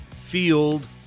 field